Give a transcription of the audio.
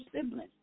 siblings